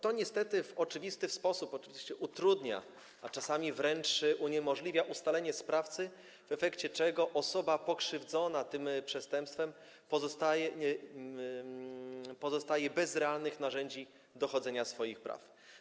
To niestety w oczywisty sposób utrudnia, a czasami wręcz uniemożliwia ustalenie sprawcy, w efekcie czego osoba pokrzywdzona tym przestępstwem pozostaje bez realnych narzędzi dochodzenia swoich praw.